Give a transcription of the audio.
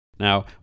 Now